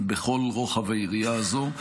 בכל רוחב היריעה הזאת.